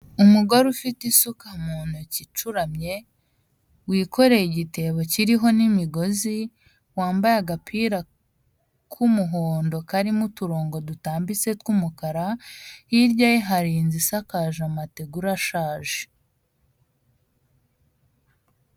Umugore ufite isuka mu ntoki icuramye, wikoreye igitebo kiriho n'imigozi, wambaye agapira k'umuhondo karimo uturongo dutambitse tw'umukara, hirya ye hari inzu isakaje amategura ashaje.